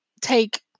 take